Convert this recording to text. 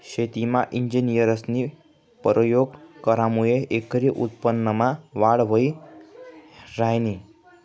शेतीमा इंजिनियरस्नी परयोग करामुये एकरी उत्पन्नमा वाढ व्हयी ह्रायनी